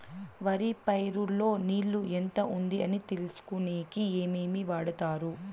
వరి పైరు లో నీళ్లు ఎంత ఉంది అని తెలుసుకునేకి ఏమేమి వాడతారు?